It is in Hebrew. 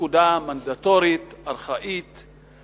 פקודה מנדטורית, ארכאית,